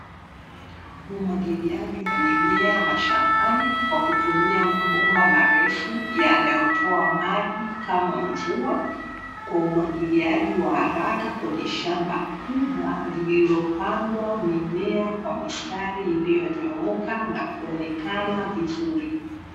Umwagiliaji wa mimea mashambani, kwa kutumia mabomba marefu, yanayotoa maji kama mvua, kwa umwagiliaji wa haraka kwenye shamba kubwa, lililopandwa mimea kwa mistari iliyonyooka na kuonekana vizuri.